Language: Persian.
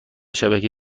شبکه